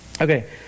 Okay